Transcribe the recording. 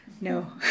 No